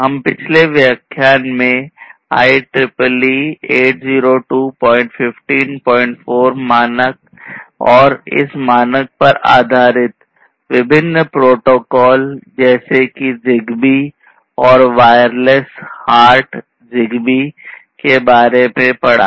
हम पिछले व्याख्यान में IEEE 802154 मानक और इस मानक पर आधारित विभिन्न प्रोटोकॉल Hart ZigBee के बारे में पढ़ा